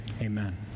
Amen